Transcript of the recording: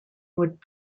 would